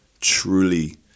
truly